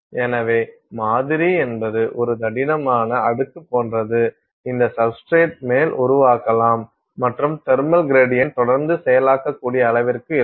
எனவே மாதிரி என்பது ஒரு தடிமனான அடுக்கு போன்றது இந்த சப்ஸ்டிரேட் மேல் உருவாக்கலாம் மற்றும் தெர்மல் கிரேடியண்ட் தொடர்ந்து செயலாக்கக்கூடிய அளவிற்கு இருக்கும்